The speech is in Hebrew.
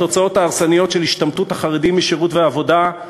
והתוצאות ההרסניות של השתמטות החרדים משירות ועבודה,